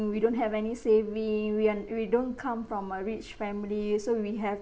we don't have any saving we are we don't come from a rich family so we have